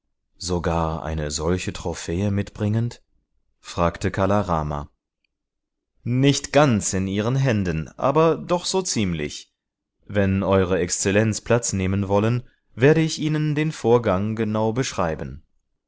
sogar eine solche trophäe mitbringend fragte kala rama nicht ganz in ihren händen aber doch so ziemlich wenn eure exzellenz platz nehmen wollen werde ich ihnen den vorgang genau berichten